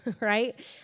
right